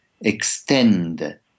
extend